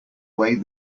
way